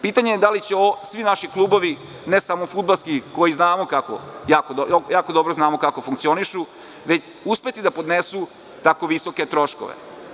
Pitanje je da li će ovo svi naši klubovi, ne samo fudbalski, koji znamo kako funkcionišu, uspeti da podnesu tako visoke troškove.